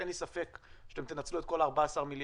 אין לי ספק שאתם תנצלו את כל ה-14 מיליארד,